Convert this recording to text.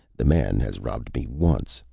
the man has robbed me once,